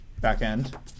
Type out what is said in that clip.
backend